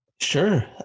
Sure